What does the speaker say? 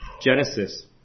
Genesis